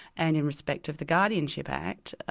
and in respect of the guardianship act,